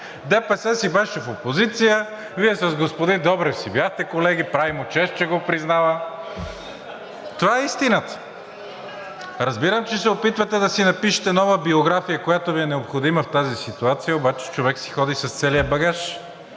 ДПС си беше в опозиция, Вие с господин Добрев си бяхте колеги, прави му чест, че го признава, това е истината. Разбирам, че ще се опитвате да си напишете нова биография, която Ви е необходима в тази ситуация, обаче човек си ходи с целия багаж